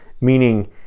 meaning